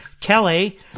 Kelly